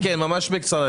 כן, כן, ממש בקצרה.